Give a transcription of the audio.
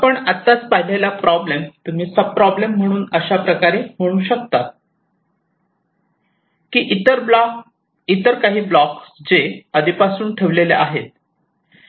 आपण आत्ताच पाहिलेला प्रॉब्लेम तुम्ही सब प्रॉब्लेम म्हणून अशाप्रकारे म्हणू शकतात की इतर काही ब्लॉक 'j' आधी तपासून ठेवलेले आहेत